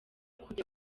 kujya